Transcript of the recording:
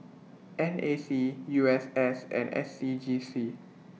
N A C U S S and S C G C